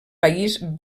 país